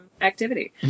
activity